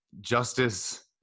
justice